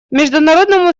международному